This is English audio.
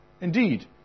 Indeed